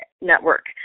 network